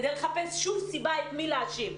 כדי לחפש סיבה את מי להאשים.